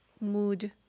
mood